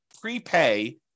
prepay